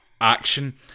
action